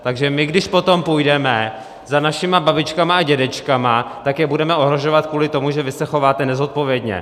Takže my když potom půjdeme za našimi babičkami a dědečky, tak je budeme ohrožovat kvůli tomu, že vy se chováte nezodpovědně.